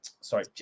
sorry